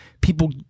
people